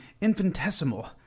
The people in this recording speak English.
infinitesimal